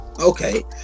Okay